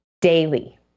daily